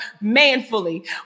manfully